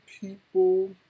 people